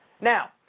Now